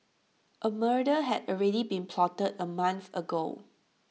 A murder had already been plotted A month ago